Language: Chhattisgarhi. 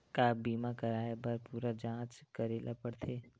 का बीमा कराए बर पूरा जांच करेला पड़थे?